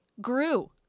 grew